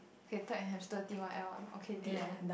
okay take hamster T_Y_L ah okay the end